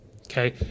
Okay